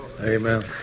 Amen